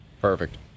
Perfect